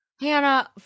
Hannah